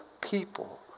people